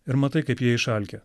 ir matai kaip jie išalkę